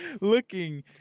looking